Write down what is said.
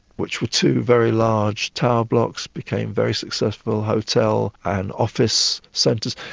which were two very large tower blocks, became very successful hotel and office centres.